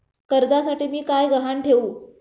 कर्जासाठी मी काय गहाण ठेवू?